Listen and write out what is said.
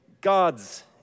God's